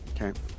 Okay